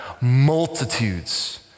Multitudes